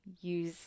use